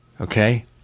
okay